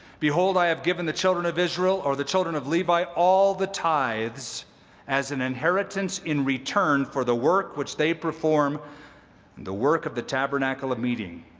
behold, i have given the children of israel or the children of levi all the tithes as an inheritance in return for the work which they perform, and the work of tabernacle of meeting.